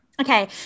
Okay